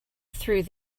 through